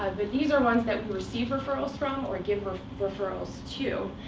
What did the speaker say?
ah but these are ones that we receive referrals from or give ah referrals to.